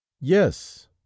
yes